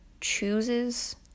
chooses